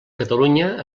catalunya